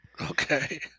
Okay